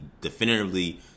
definitively